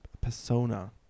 persona